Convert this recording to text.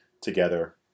together